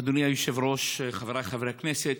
אדוני היושב-ראש, חבריי חברי הכנסת,